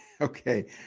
Okay